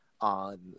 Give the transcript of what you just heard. on